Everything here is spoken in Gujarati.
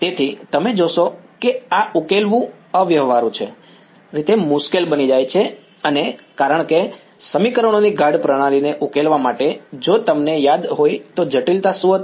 તેથી તમે જોશો કે આ ઉકેલવું અવ્યવહારુ રીતે મુશ્કેલ બની જાય છે કારણ કે સમીકરણોની ગાઢ પ્રણાલીને ઉકેલવા માટે જો તમને યાદ હોય તો જટિલતા શું હતી